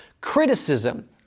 criticism